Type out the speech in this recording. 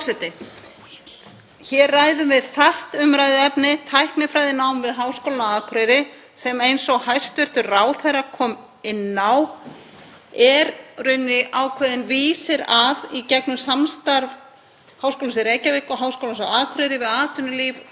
er ákveðinn vísir að í gegnum samstarf Háskólans í Reykjavík og Háskólans á Akureyri við atvinnulíf og sveitarfélög á Austurlandi. Er mikilvægt að það samstarf víkki út til þess að flýta því að hægt sé að bjóða tæknifræðinám víðar.